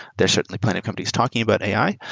they are certainly plenty of companies talking about ai.